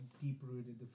deep-rooted